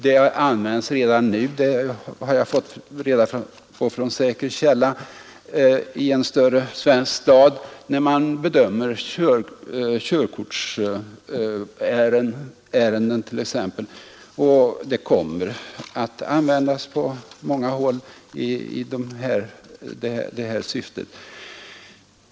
Det används redan nu — det har jag fått reda på från säker källa — i en större svensk stad när man bedömer t.ex. körkortsärenden, och det kommer att användas på många håll i detta och andra syften.